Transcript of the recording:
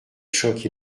choc